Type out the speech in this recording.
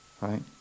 Right